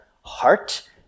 heart